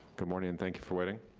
good morning and thank you for waiting.